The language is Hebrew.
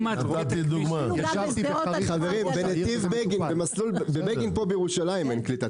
חברים, בכביש בגין פה בירושלים אין קליטה.